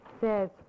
says